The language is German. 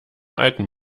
alten